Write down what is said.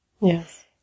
Yes